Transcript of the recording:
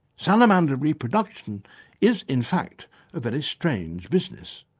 salamander reproduction is in fact a very strange business.